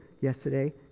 yesterday